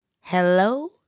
hello